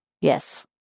Yes